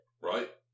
Right